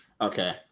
Okay